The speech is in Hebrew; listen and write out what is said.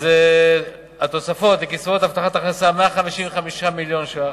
אז התוספות לקצבאות הבטחת הכנסה: 155 מיליון ש"ח,